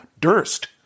Durst